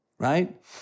right